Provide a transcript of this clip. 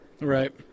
Right